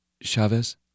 Chavez